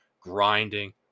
grinding